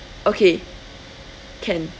okay can